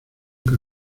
que